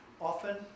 Often